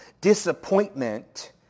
disappointment